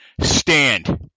stand